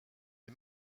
les